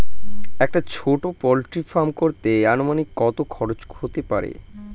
একটা ছোটো poultry farm করতে আনুমানিক কত খরচ কত হতে পারে?